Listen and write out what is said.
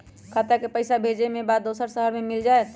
खाता के पईसा भेजेए के बा दुसर शहर में मिल जाए त?